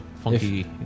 funky